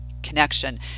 connection